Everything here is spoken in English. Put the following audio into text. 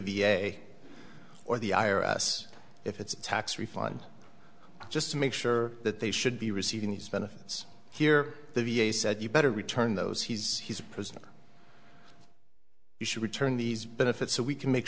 a or the i r s if it's a tax refund just to make sure that they should be receiving these benefits here the v a said you better return those he's he's president you should return these benefits so we can make